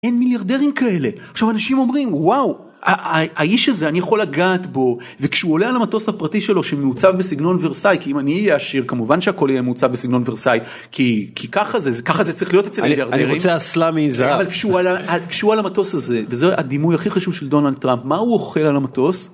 אין מיליארדרים כאלה, עכשיו, אנשים אומרים וואו, האיש הזה - אני יכול לגעת בו, וכשהוא עולה על המטוס הפרטי שלו שמעוצב בסגנון ורסאי, כי אם אני אהיה עשיר כמובן שהכול יהיה מעוצב בסגנון ורסאי, כי, כי ככה זה, ככה זה צריך להיות אצל מיליארדרים. -אני רוצה אסלה מזהב. -אבל כשהוא על המטוס הזה, וזה הדימוי הכי חשוב של דונלד טראמפ, מה הוא אוכל על המטוס?